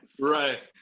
right